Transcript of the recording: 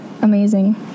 amazing